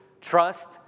trust